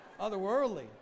Otherworldly